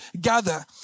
gather